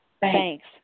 thanks